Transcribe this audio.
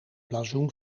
blazoen